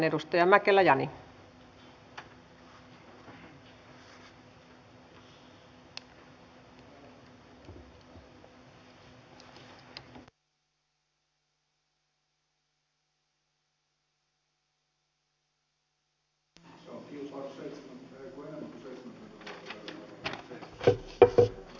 sitten mennään puhujalistaan